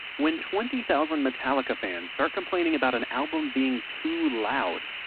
when twenty thousand metallica fans start complaining about an album being too loud,